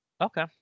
Okay